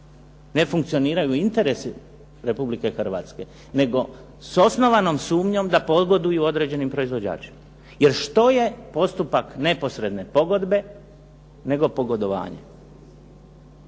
Ne funkcioniraju interesi Republike Hrvatske, nego s osnovanom sumnjom da pogoduju određenim proizvođačima. Jer što je postupak neposredne pogodbe, nego pogodovanje.